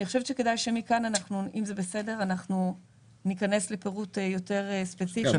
אני חושבת שכדאי שמכאן ניכנס לפירוט יותר ספציפי.